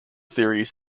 theories